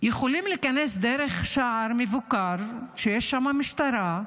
יכולים להיכנס דרך שער מבוקר, כשיש שם משטרה,